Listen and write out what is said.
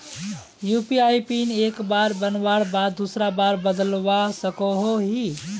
UPI PIN एक बार बनवार बाद दूसरा बार बदलवा सकोहो ही?